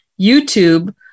YouTube